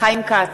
חיים כץ,